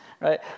right